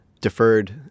deferred